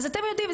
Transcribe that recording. אז אתם יודעים,